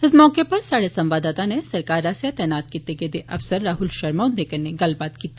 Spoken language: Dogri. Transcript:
इस मौके उप्पर स्हाड़े संबाददाता नै सरकार आस्सेआ तैनात कीते गेदे अफसर राहुल शर्मा हुन्दे कन्नै गल्लबात कीती